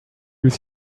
use